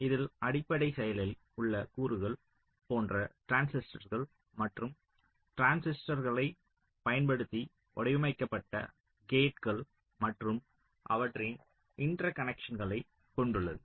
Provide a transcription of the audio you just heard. இதில் அடிப்படை செயலில் உள்ள கூறுகள் போன்ற டிரான்சிஸ்டர்கள் மற்றும் டிரான்சிஸ்டர்களைப் பயன்படுத்தி வடிவமைக்கப்பட்ட கேட்கள் மற்றும் அவற்றின் இன்டர்கனக்க்ஷன்ஸ்களை கொண்டுள்ளது